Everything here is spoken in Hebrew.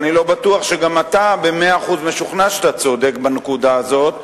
ואני לא בטוח שגם אתה במאה אחוז משוכנע שאתה צודק בנקודה הזאת,